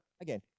again